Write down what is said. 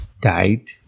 died